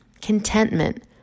contentment